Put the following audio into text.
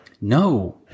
No